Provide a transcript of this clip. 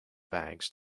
bags